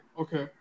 okay